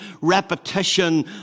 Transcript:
repetition